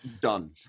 Done